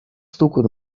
stukot